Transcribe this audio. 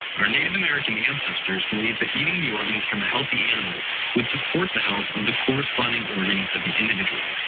our native american ancestors believed that eating the organs from a healthy animal would support the health of the corresponding organ of the individual.